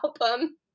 album